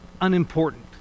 unimportant